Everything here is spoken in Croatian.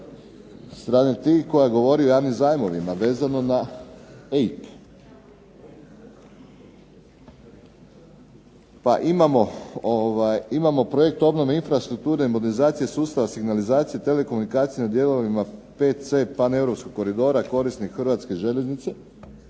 zakona koja govori o javnim zajmovima vezano na EIB. Pa imamo projekt obnove infrastrukture i modernizacije sustava, signalizacije, .../Govornik se ne razumije./... paneuropskog koridora, korisnik Hrvatske željeznice,